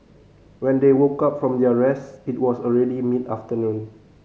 when they woke up from their rest it was already mid afternoon